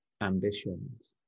ambitions